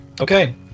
Okay